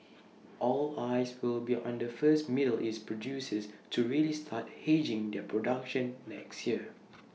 all eyes will be on the first middle east producers to really start aging their production next year